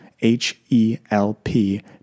H-E-L-P